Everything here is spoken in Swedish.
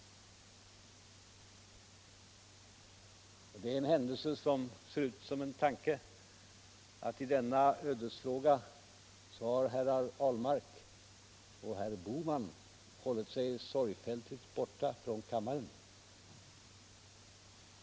Det är en händelse som ser ut som en tanke att i denna ödesfråga herrar Ahlmark och Bohman hållit sig sorgfälligt borta från kammaren.